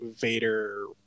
Vader